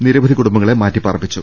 നിരവധി കുടുംബങ്ങളെ മാറ്റിപ്പാർപ്പിച്ചു